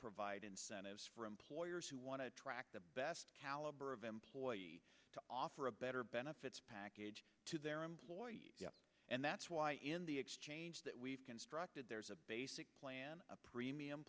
provide incentives for employers who want to attract the best caliber of employees to offer a better benefits package to their employees and that's why in the exchange that we've constructed there's a base a premium